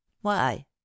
Why